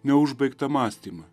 neužbaigtą mąstymą